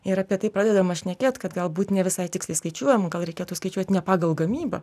ir apie tai pradedama šnekėt kad galbūt ne visai tiksliai skaičiuojama gal reikėtų skaičiuot ne pagal gamybą